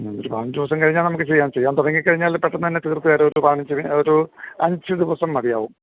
മ്മ് ഒരു പതിനഞ്ചു ദിവസം കഴിഞ്ഞാൽ നമുക്ക് ചെയ്യാം ചെയ്യാൻ തുടങ്ങി കഴിഞ്ഞാൽ പെട്ടെന്ന് തന്നെ തീർത്ത് തരാം ഒരു പതിനഞ്ച് ഒരൂ അഞ്ച് ദിവസം മതിയാവും